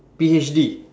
P_H_D